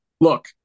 look